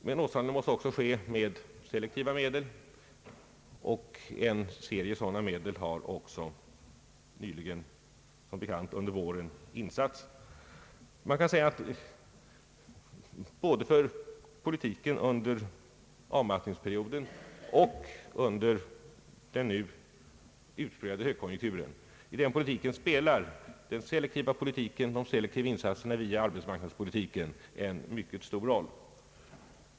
Men åtstramningen måste också ske med selektiva medel. En serie sådana selektiva åtgärder har också som bekant insatts denna vår. Både för politiken under avmattningsperioder och under den nu utpräglade högkonjunkturen spelar de selektiva insatserna via arbetsmarknadspolitiken en mycket stor roll.